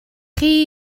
chi